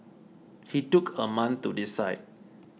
he took a month to decide